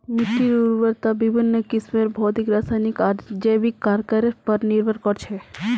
मिट्टीर उर्वरता विभिन्न किस्मेर भौतिक रासायनिक आर जैविक कारकेर पर निर्भर कर छे